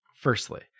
Firstly